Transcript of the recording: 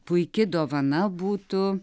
puiki dovana būtų